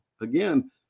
Again